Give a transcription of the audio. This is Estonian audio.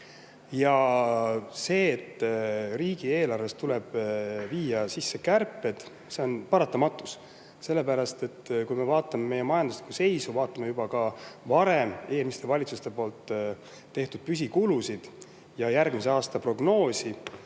See, et riigieelarvesse tuleb viia sisse kärped, on paratamatus, sellepärast et kui me vaatame meie majanduslikku seisu, vaatame ka juba varem, eelmiste valitsuste [võetud] püsikulusid ja järgmise aasta prognoosi,